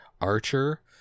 Archer